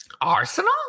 Arsenal